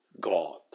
God